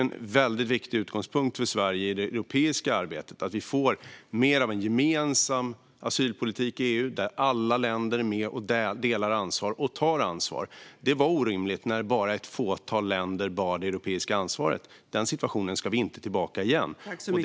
En viktig punkt för Sverige i det europeiska arbetet är att vi får mer av en gemensam asylpolitik i EU där alla länder är med och tar ansvar. Det var orimligt när bara ett fåtal länder bar det europeiska ansvaret. Den situationen ska vi inte tillbaka till.